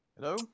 Hello